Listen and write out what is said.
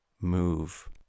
move